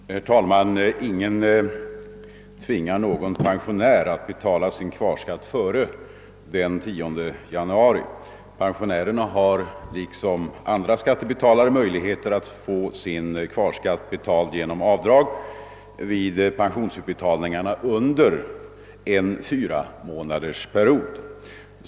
Herr talman! Ingen tvingar någon pensionär att betala kvarskatten före den 10 januari, utan pensionärerna har liksom andra skattebetalare möjlighet att under en fyramånadersperiod få kvarskatten betald genom avdrag vid pensionsutbetalningarna.